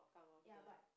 ya but